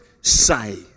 say